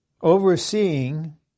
Overseeing